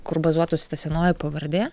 kur bazuotųsi ta senoji pavardė